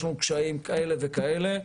יש לנו קשיים כאלה וכאלה,